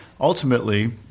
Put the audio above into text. ultimately